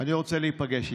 אני רוצה להיפגש איתם.